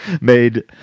made